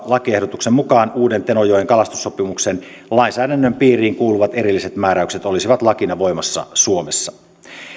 lakiehdotuksen mukaan uuden tenojoen kalastussopimuksen lainsäädännön piiriin kuuluvat erilliset määräykset olisivat lakina voimassa suomessa